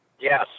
Yes